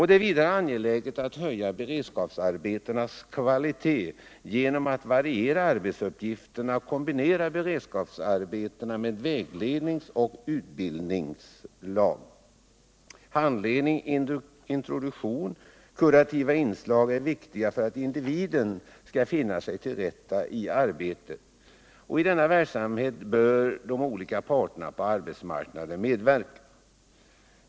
Det är vidare angeläget att höja beredskapsarbetenas kvalitet genom att variera arbetsuppgifterna och kombinera arbetena med väglednings och utbildningsinslag. Handledning, introduktion och kurativa inslag är viktiga för att individen skall kunna finna sig till rätta i arbetet. I denna verksamhet bör de olika parterna på arbetsmarknaden medverka.